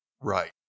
Right